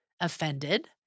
offended